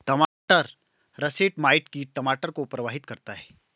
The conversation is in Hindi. टमाटर रसेट माइट कीट टमाटर को प्रभावित करता है